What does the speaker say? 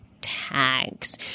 Tags